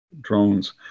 drones